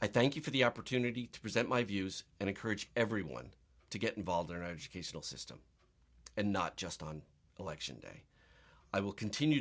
i thank you for the opportunity to present my views and encourage everyone to get involved in educational system and not just on election day i will continue